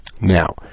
Now